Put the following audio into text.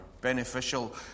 beneficial